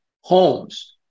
homes